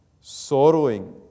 sorrowing